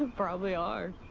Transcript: probably are.